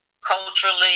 culturally